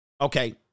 Okay